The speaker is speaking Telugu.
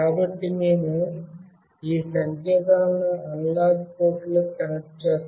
కాబట్టి మేము ఈ సంకేతాలను అనలాగ్ పోర్టులకు కనెక్ట్ చేస్తాము